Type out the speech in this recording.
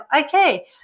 okay